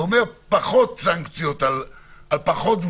אני אגיד לך מה זה אומר: זה אומר פחות סנקציות על פחות דברים.